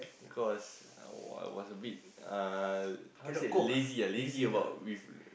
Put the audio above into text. because I was I was a bit uh how to say lazy ah lazy about with